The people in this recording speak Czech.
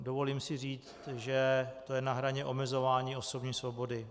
Dovolím si říct, že to je na hraně omezování osobní svobody.